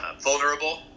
vulnerable